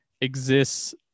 exists